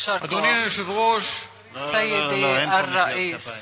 יישר כוח.) לא, לא, אין פה מחיאות כפיים.